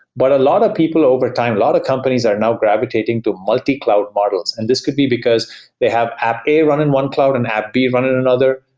but a lot of people overtime, a lot of companies are now gravitating to multi-cloud models, and this could be because they have app a running one cloud and app b running in another,